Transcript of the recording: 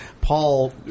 Paul